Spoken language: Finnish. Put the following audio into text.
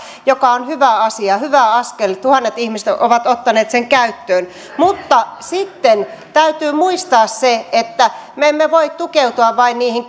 joka on hyvä asia hyvä askel ja tuhannet ihmiset ovat ottaneet sen käyttöön mutta sitten täytyy muistaa se että me emme voi tukeutua vain niihin